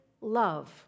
love